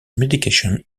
medication